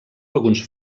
alguns